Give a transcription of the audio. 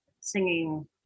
singing